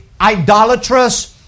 idolatrous